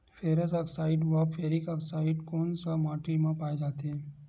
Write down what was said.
Ferrous oxide व ferric oxide कोन सा माटी म पाय जाथे?